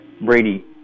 Brady